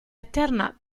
eterna